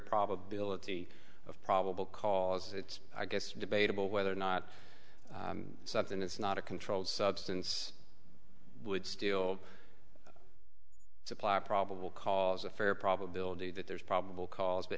probability of probable cause it's i guess debatable whether or not something it's not a controlled substance would still supply a probable cause a fair probability that there's probable cause